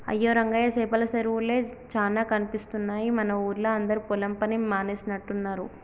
అయ్యో రంగయ్య సేపల సెరువులే చానా కనిపిస్తున్నాయి మన ఊరిలా అందరు పొలం పని మానేసినట్టున్నరు